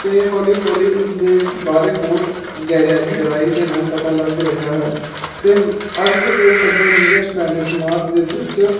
ਅਤੇ ਹੌਲੀ ਹੌਲੀ ਇਸਦੇ ਬਾਰੇ ਹੋਰ ਗਹਿਰਿਆ ਗਹਿਰਾਈ ਦੇ ਨਾਲ ਪਤਾ ਲੱਗ ਰਿਹਾ ਹੈ ਅਤੇ ਅਰਥ ਦੇ ਸਭ ਤੋਂ ਨੀਅਰੈਸਟ ਪਲੈਨਟ ਮਾਰਸ ਦੇ ਵਿੱਚ